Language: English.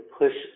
push